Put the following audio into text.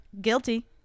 guilty